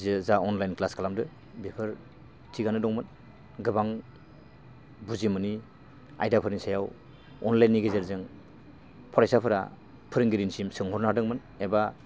जे जा online class खालामदों बेफोर थिगानो दंमोन गोबां बुजिमोनै आयदाफोरनि सायाव अनलाइननि गेजेरजों फरायसाफोरा फोरोंगिरिनिसिम सोंहरनो हादोंमोन एबा